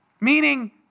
Meaning